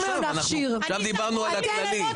שלמים --- דיברנו על הכללי.